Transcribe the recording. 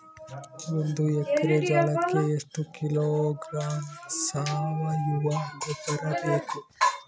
ಒಂದು ಎಕ್ಕರೆ ಜೋಳಕ್ಕೆ ಎಷ್ಟು ಕಿಲೋಗ್ರಾಂ ಸಾವಯುವ ಗೊಬ್ಬರ ಬೇಕು?